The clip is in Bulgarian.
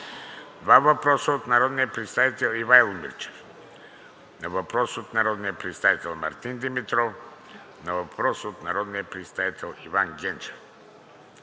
два въпроса от народния представител. Ивайло Мирчев; на въпрос от народния представител Мартин Димитров; на въпрос от народния представител Иван Ганчев